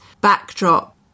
backdrop